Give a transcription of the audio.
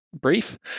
brief